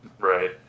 Right